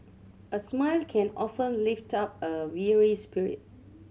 a smile can often lift up a weary spirit